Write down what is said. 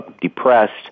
depressed